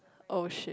oh shit